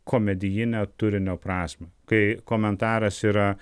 komedijinę turinio prasmę kai komentaras yra